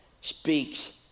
speaks